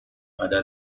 other